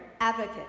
advocate